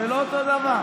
זה לא אותו דבר.